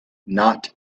not